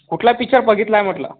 कुठला पिच्चर बघितलाय म्हटलं